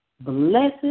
Blessed